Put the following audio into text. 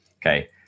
Okay